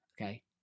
Okay